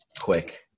quick